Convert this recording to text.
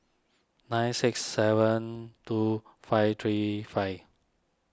nine six seven two five three five